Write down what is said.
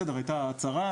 בסדר הייתה הצהרה,